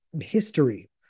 history